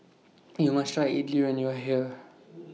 YOU must Try Idili when YOU Are here